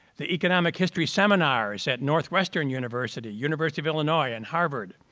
the economic history seminars at northwestern university, university of illinois and harvard.